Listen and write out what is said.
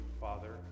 Father